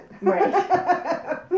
Right